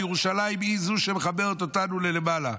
וירושלים היא שמחברת אותנו למעלה.